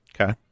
Okay